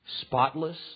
spotless